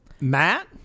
Matt